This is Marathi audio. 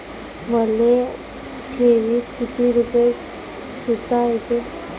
मले ठेवीत किती रुपये ठुता येते?